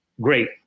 great